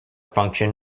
function